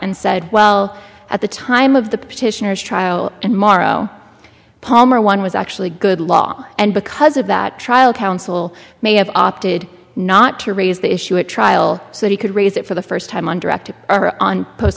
and said well at the time of the petitioners trial and morrow palmer one was actually good law and because of that trial counsel may have opted not to raise the issue at trial so he could raise it for the first time on direct on post